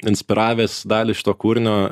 inspiravęs dalį šito kūrinio